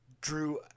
drew